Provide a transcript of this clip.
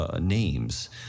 names